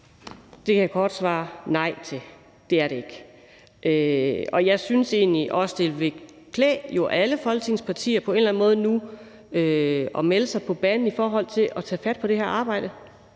Det kan jeg kort svare nej til. Det er det ikke. Jeg synes jo egentlig også, det ville klæde alle Folketingets partier på en eller anden måde nu at melde sig på banen i forhold til at tage fat på det her arbejde.